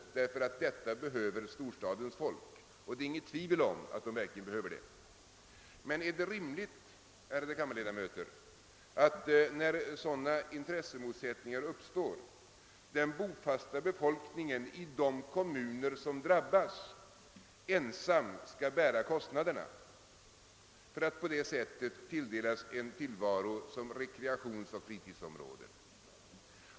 Det råder inget tvivel om att storstadens befolkning behöver sådana områden. Men är det rimligt, ärade kammarledamöter, att den bofasta befolkningen i de kommuner, som drabbas när sådana intressemotsättningar uppstår, ensam skall bära kostnaderna för att de tilldelas rollen som rekreationsoch fritidsområden?